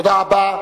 תודה רבה.